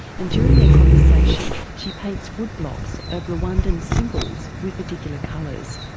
and during their conversation she paints woodblocks of rwandan symbols with particular colours,